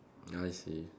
ya I see